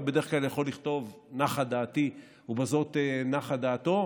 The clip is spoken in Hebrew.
אבל בדרך כלל הוא יכול לכתוב "נחה דעתי" ובזאת נחה דעתו.